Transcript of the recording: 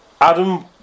Adam